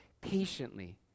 patiently